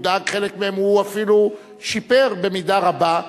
וחלק מהם הוא אפילו שיפר במידה רבה.